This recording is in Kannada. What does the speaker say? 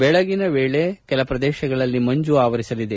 ಬೆಳಗಿನ ವೇಳೆ ಕೆಲ ಪ್ರದೇಶಗಳಲ್ಲಿ ಮಂಜು ಆವರಿಸಲಿದೆ